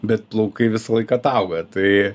bet plaukai visąlaik atauga tai